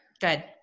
Good